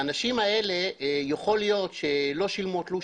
האנשים האלה יכול להיות שלא שילמו תלוש